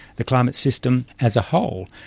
the climate system as a whole.